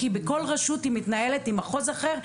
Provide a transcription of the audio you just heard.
כי כל רשות מתנהלת עם מחוז אחר,